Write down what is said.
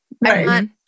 Right